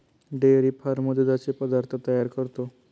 dairy farm दुधाचे पदार्थ तयार करतो